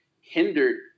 hindered